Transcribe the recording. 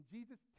Jesus